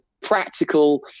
practical